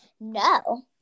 No